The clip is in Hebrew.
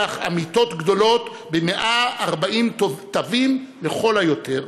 אמיתות גדולות ב-140 תווים לכל היותר,